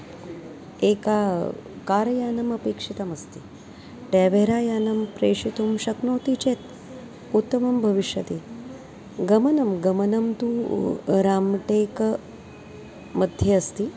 एकं कारयानम् अपेक्षितमस्ति टेवेरा यानं प्रेषयितुं शक्नोति चेत् उत्तमं भविष्यति गमनं गमनं तु राम्टेक् मध्ये अस्ति